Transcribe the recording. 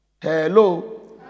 Hello